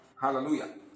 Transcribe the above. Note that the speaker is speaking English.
Hallelujah